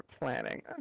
planning